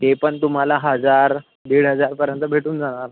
ते पण तुम्हाला हजार दीड हजारपर्यंत भेटून जाणार